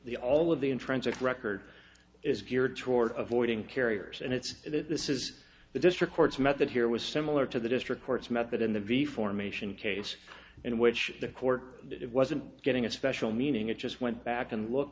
the all of the intrinsic record is geared toward avoiding carriers and it's that this is the district court's method here was similar to the district courts method in the v formation case in which the court it wasn't getting a special meaning it just went back and look